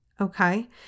Okay